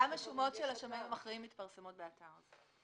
גם שומות של שמאים אחרים מתפרסמות באתר.